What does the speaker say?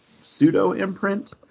pseudo-imprint